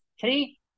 three